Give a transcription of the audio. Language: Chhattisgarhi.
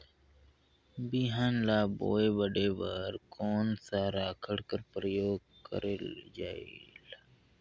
बिहान ल बोये बाढे बर कोन सा राखड कर प्रयोग करले जायेल?